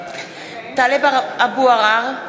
(קוראת בשמות חברי הכנסת) טלב אבו עראר,